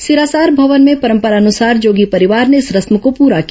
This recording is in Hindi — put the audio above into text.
सिरासार भवन में परंपरानुसार जोगी परिवार ने इस रस्म को पूरा किया